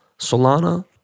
Solana